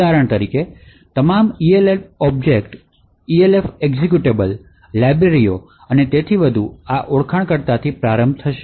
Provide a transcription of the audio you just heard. ઉદાહરણ તરીકે તમામ Elf ઑબ્જેક્ટ્સ Elf એક્સિક્યુટેબલ લાઇબ્રેરીઓ અને તેથી વધુ આ ઓળખકર્તાથી પ્રારંભ થશે